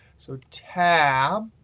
so tab.